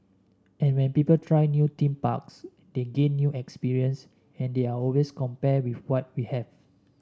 and when people try new theme parks they gain new experience and they are always compare with what we have